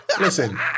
listen